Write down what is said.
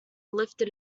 lifted